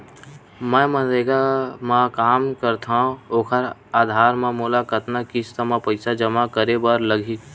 मैं मनरेगा म काम करथव, ओखर आधार म मोला कतना किस्त म पईसा जमा करे बर लगही?